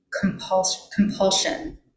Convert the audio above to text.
compulsion